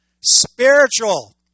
spiritual